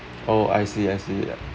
oh I see I see ya